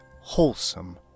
wholesome